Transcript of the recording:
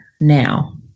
now